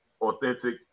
authentic